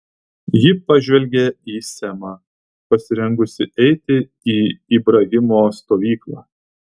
ji pažvelgė į semą pasirengusį eiti į ibrahimo stovyklą